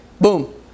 boom